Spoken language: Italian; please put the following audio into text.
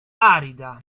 arida